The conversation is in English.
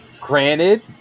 Granted